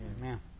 Amen